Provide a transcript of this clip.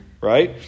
right